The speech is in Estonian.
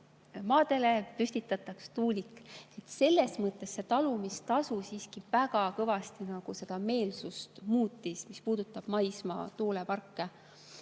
maadele püstitataks tuulik?" Selles mõttes see talumistasu siiski väga kõvasti muutis seda meelsust, mis puudutab maismaa tuuleparke.